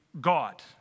God